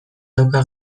dauka